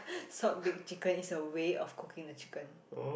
salt baked chicken it's a way of cooking the chicken